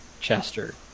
Chester